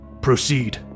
Proceed